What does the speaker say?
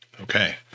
Okay